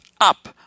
up